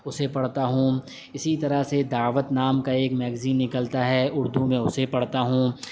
اسے پڑھتا ہوں اسی طرح سے دعوت نام کا ایک میگزین نکلتا ہے اردو میں اسے پڑھتا ہوں